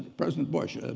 president bush.